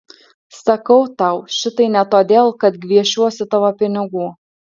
sakau tau šitai ne todėl kad gviešiuosi tavo pinigų